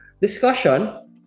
discussion